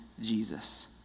Jesus